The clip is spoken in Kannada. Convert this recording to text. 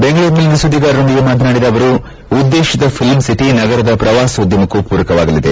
ಬೆಂಗಳೂರಿನಲ್ಲಿಂದು ಸುದ್ದಿಗಾರರೊಂದಿಗೆ ಮಾತನಾಡಿದ ಅವರು ಉದ್ದೇಶಿತ ಫಿಲ್ದಂ ಸಿಟಿ ನಗರದ ಪ್ರವಾಸೋದ್ಯಮಕ್ಕೂ ಪೂರಕವಾಗಲಿದೆ